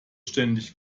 ständig